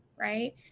right